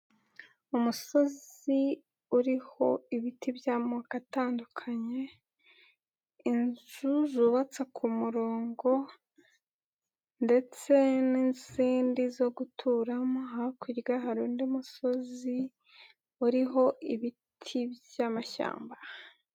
Umusozi uriho ibiti by'amoko atandukanye, inzu zubatse ku murongo ndetse n'izindi zo guturamo, hakurya hari undi musozi uriho ibiti by'amashyamba.